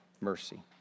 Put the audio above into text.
mercy